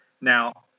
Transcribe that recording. Now